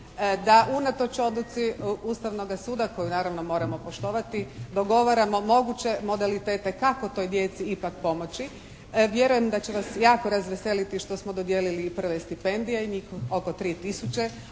Da unatoč odluci Ustavnoga suda koju naravno moramo poštovati dogovaramo moguće modalitete kako toj djeci ipak pomoći. Vjerujem da će vas jako razveseliti što smo dodijelili i prve stipendije, njih oko 3000